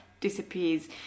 disappears